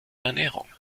ernährung